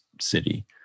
city